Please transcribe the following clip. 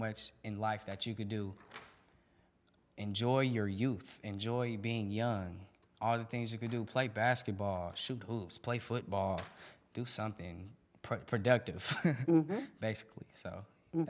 it's in life that you can do enjoy your youth enjoy being young all the things you can do play basketball shoot hoops play football do something productive basically so